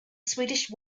swedish